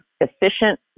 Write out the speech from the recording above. efficient